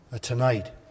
tonight